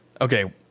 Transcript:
Okay